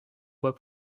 fois